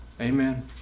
Amen